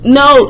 no